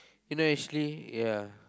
you know actually yeah